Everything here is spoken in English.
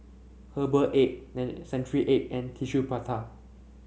Herbal Egg and Century Egg and Tissue Prata